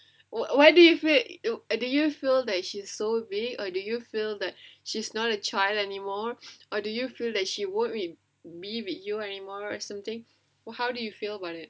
what why do you feel do you feel that she's so big or do you feel that she's not a child anymore or do you feel that she won't with be with you anymore or something how do you feel about it